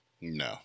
No